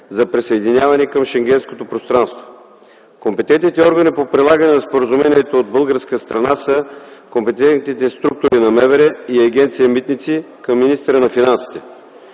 за присъединяване към Шенгенското пространство. Компетентните органи по прилагане на споразумението от българска страна са компетентните структури на МВР и Агенция “Митници” към министъра на финансите.